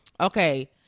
Okay